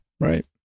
Right